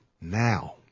now